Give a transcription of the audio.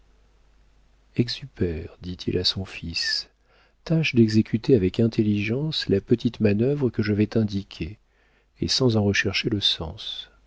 exupère dit-il à son fils tâche d'exécuter avec intelligence la petite manœuvre que je vais t'indiquer et sans en rechercher le sens